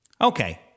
Okay